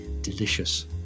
delicious